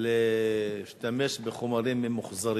להשתמש בחומרים ממוחזרים.